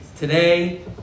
today